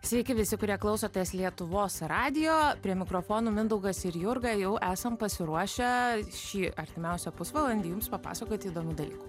sveiki visi kurie klausotės lietuvos radijo prie mikrofonų mindaugas ir jurga jau esam pasiruošę šį artimiausią pusvalandį jums papasakoti įdomių dalykų